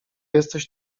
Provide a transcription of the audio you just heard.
jesteś